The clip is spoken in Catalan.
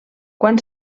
quan